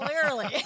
clearly